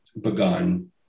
begun